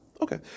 Okay